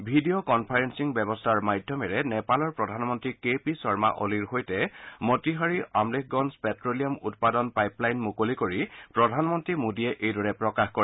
video conferencing ব্যৱস্থাৰ মাধ্যমেৰে নেপালৰ প্ৰধানমন্ত্ৰী কে পে শৰ্মা অলিৰ সৈতে মতিহাৰি আম্নেগঞ্জ প্টে লিয়াম উৎপাদ পাইপলাইন মুকলি কৰি প্ৰধানমন্ত্ৰী মোডীয়ে এইদৰে প্ৰকাশ কৰে